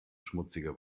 schmutziger